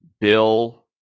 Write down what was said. Bill